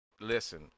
Listen